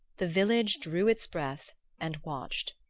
the village drew its breath and watched.